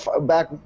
Back